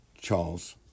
Charles